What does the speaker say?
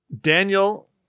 daniel